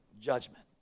judgment